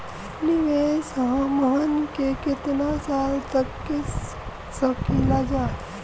निवेश हमहन के कितना साल तक के सकीलाजा?